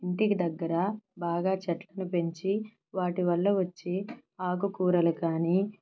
ఇంటికి దగ్గర బాగా చెట్లను పెంచి వాటి వల్ల వచ్చి ఆకుకూరలు కానీ